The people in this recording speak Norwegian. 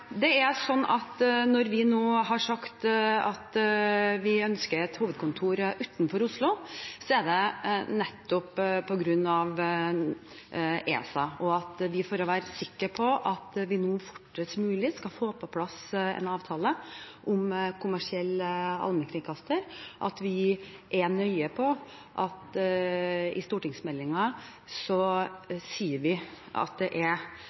Når vi nå har sagt at vi ønsker et hovedkontor utenfor Oslo, er det nettopp på grunn av ESA. For å være sikker på at vi fortest mulig skal få på plass en avtale om kommersiell allmennkringkaster, er vi nøye på å si i stortingsmeldingen at det er